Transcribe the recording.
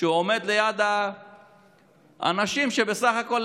כשהוא עומד ליד אנשים שבסך הכול,